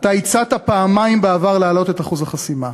אתה הצעת פעמיים בעבר להעלות את אחוז החסימה.